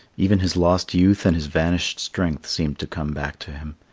even his lost youth and his vanished strength seemed to come back to him.